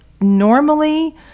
normally